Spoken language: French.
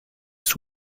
sous